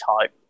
type